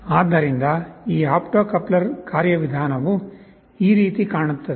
ಆದ್ದರಿಂದ ಈ optocoupler ಕಾರ್ಯವಿಧಾನವು ಈ ರೀತಿ ಕಾಣುತ್ತದೆ